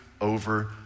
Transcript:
over